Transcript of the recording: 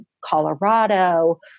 Colorado